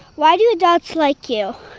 why do adults like you?